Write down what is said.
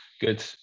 Good